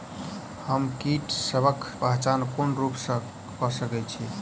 हम कीटसबक पहचान कोन रूप सँ क सके छी?